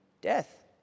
death